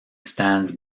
stands